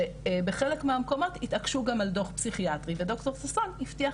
שבחלק מהמקומות התעקשו גם על דוח פסיכיאטרי וד"ר ששון הבטיח